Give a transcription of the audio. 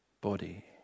body